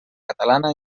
catalana